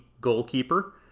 goalkeeper